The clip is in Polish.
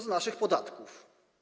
Z naszych podatków.